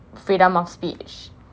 freedom of speech